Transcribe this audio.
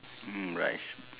mm rice